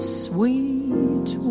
sweet